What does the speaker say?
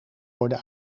worden